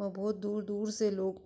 वहाँ बहुत दूर दूर से लोग